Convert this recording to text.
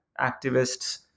activists